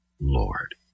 Lord